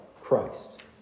Christ